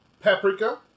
Paprika